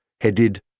headed